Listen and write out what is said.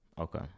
Okay